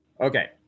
Okay